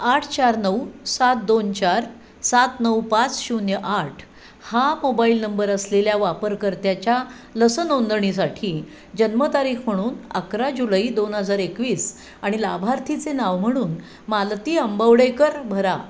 आठ चार नऊ सात दोन चार सात नऊ पाच शून्य आठ हा मोबाईल नंबर असलेल्या वापरकर्त्याच्या लस नोंदणीसाठी जन्मतारीख म्हणून अकरा जुलै दोन हजार एकवीस आणि लाभार्थीचे नाव म्हणून मालती आंबवडेकर भरा